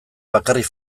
bakarrik